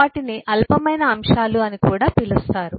వాటిని అల్పమైన అంశాలు అని పిలుస్తారు